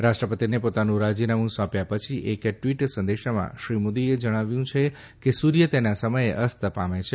રાષ્ટ્રપતિને પોતાનું રાજીનામું સોંપ્યા પછી એકટ્વીટ સંદેશમાં શ્રી મોદીએ જણાવ્યું છે કે સૂર્ય તેના સમયે અસ્ત પામે છે